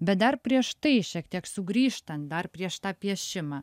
bet dar prieš tai šiek tiek sugrįžtant dar prieš tą piešimą